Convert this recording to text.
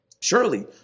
surely